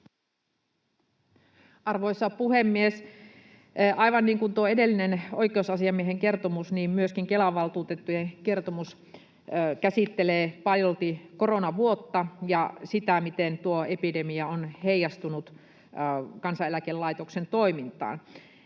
Arvoisa puhemies! Aivan niin kuin tuo edellinen oikeusasiamiehen kertomus, myöskin Kelan valtuutettujen kertomus käsittelee paljolti koronavuotta ja sitä, miten tuo epidemia on heijastunut Kansaneläkelaitoksen toimintaan.